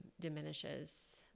diminishes